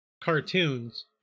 cartoons